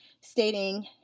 stating